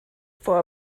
for